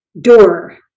door